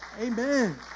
Amen